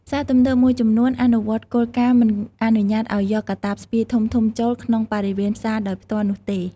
ផ្សារទំនើបមួយចំនួនអនុវត្តគោលការណ៍ មិនអនុញ្ញាតឱ្យយកកាតាបស្ពាយធំៗចូល ក្នុងបរិវេណផ្សារដោយផ្ទាល់នោះទេ។